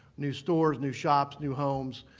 new stores, new shops, new homes,